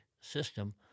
system